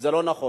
זה לא נכון.